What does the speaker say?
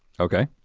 okay.